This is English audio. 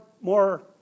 more